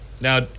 Now